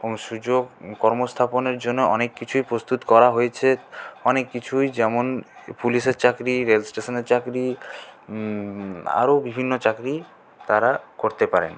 কোনো সুযোগ কর্মস্থাপনের জন্য অনেক কিছুই প্রস্তুত করা হয়েছে অনেক কিছুই যেমন পুলিশের চাকরি রেল স্টেশনের চাকরি আরো বিভিন্ন চাকরি তারা করতেই পারেন